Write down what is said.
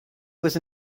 was